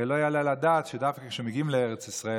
הרי לא יעלה על הדעת שדווקא כשמגיעים לארץ ישראל,